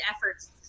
efforts